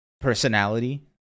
personality